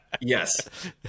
Yes